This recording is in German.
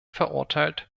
verurteilt